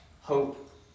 hope